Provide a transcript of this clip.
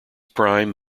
prime